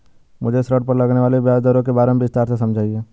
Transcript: मुझे ऋण पर लगने वाली ब्याज दरों के बारे में विस्तार से समझाएं